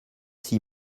six